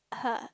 !huh!